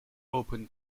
open